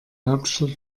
hauptstadt